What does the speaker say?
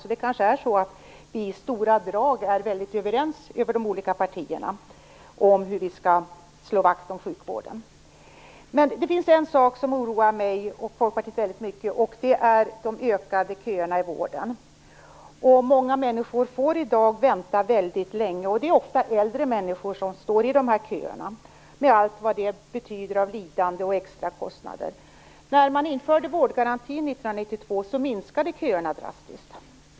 Så vi är kanske överens i stora drag i de olika partierna om hur vi skall slå vakt om sjukvården. Men det finns en sak som oroar mig och Folkpartiet väldigt mycket. Det är de ökande köerna i vården. Många människor får i dag vänta väldigt länge. Det är ofta äldre människor som står i kö, med allt vad det betyder av lidande och extra kostnader. När vårdgarantin infördes 1992 minskade köerna drastiskt.